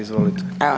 Izvolite.